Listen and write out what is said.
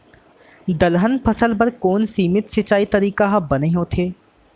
दलहन फसल बर कोन सीमित सिंचाई तरीका ह बने होथे?